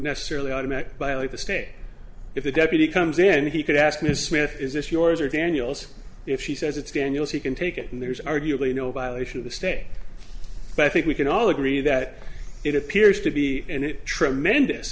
necessarily automat by only the state if the deputy comes in and he could ask ms smith is this yours or daniels if she says it's daniels he can take it and there's arguably no violation of the state but i think we can all agree that it appears to be in tremendous